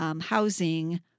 Housing